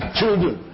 children